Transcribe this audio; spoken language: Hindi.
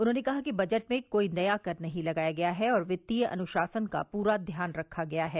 उन्होंने कहा कि बजट में कोई नया कर नहीं लगाया गया है और वित्तीय अनुशासन का पूरा ध्यान रखा गया है